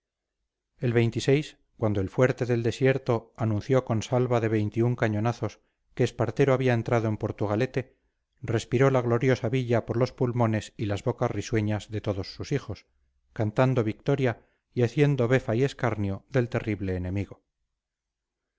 el cuando el fuerte del desierto anunció con salva de cañonazos que espartero había entrado en portugalete respiró la gloriosa villa por los pulmones y las bocas risueñas de todos sus hijos cantando victoria y haciendo befa y escarnio del terrible enemigo